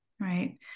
Right